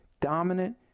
dominant